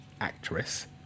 actress